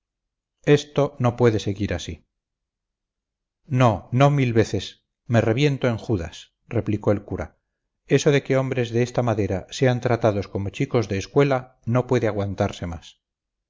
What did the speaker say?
esto no puede seguir así no no mil veces me reviento en judas replicó el cura eso de que hombres de esta madera sean tratados como chicos de escuela no puede aguantarse más